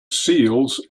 seals